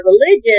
religion